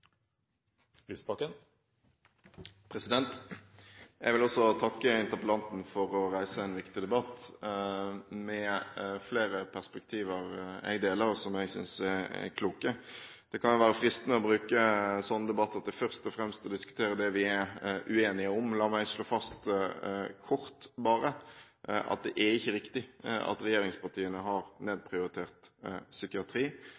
Jeg vil også takke interpellanten for å reise en viktig debatt med flere perspektiver som jeg deler, og som jeg synes er kloke. Det kan være fristende å bruke sånne debatter først og fremst til å diskutere det vi er uenige om. La meg bare kort slå fast at det ikke er riktig at regjeringspartiene har nedprioritert psykiatri.